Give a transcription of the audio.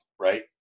right